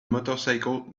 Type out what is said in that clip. motorcycle